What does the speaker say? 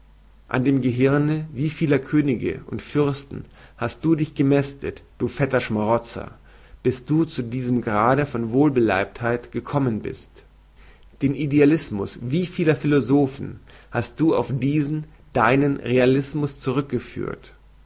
an dem gehirne wie vieler könige und fürsten hast du dich gemästet du fetter schmarozer bis du zu diesem grade von wohlbeleibtheit gekommen bist den idealismus wie vieler philosophen hast du auf diesen deinen realismus zurückgeführt